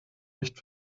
nicht